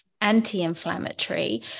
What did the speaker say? anti-inflammatory